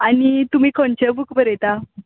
आनी तुमी खंयचें बूक बरयता